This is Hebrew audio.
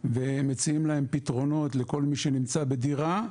אנחנו מקיימים דיון מעקב על מצב הדיור הציבורי,